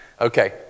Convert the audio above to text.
Okay